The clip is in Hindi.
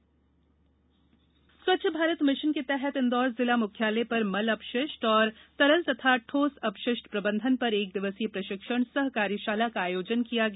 स्वच्छ भारत मिषन स्वच्छ भारत मिषन के तहत इंदौर जिला मुख्यालय पर मल अपशिष्ट एवं तरल एवं ठोस अपशिष्ट प्रबंधन पर एक दिवसीय प्रशिक्षण सह कार्यशाला का आयोजन किया गया